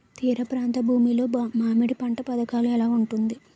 తీర ప్రాంత భూమి లో మామిడి పంట పథకాల ఎలా ఉంటుంది?